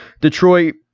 detroit